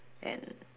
and